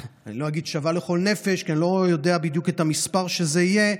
אני לא אגיד שזה שווה לכל נפש כי אני לא יודע בדיוק את המספר שזה יהיה,